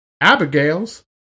Abigail's